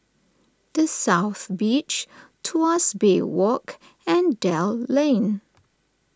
the South Beach Tuas Bay Walk and Dell Lane